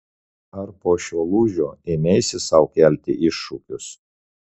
ar po šio lūžio ėmeisi sau kelti iššūkius